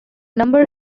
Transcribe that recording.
number